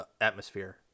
atmosphere